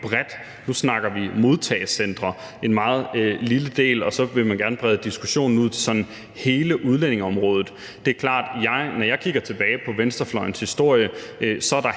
bredt. Nu snakker vi modtagecentre – en meget lille del – og så vil man gerne brede diskussionen ud sådan til hele udlændingeområdet. Når jeg kigger tilbage på venstrefløjens historie, er der